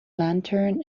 lantern